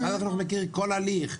משרד החינוך מכיר כל הליך.